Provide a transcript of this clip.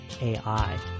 AI